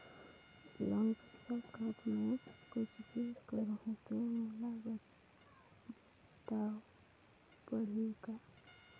Loan पइसा कर मै कुछ भी करहु तो मोला बताव पड़ही का?